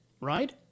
right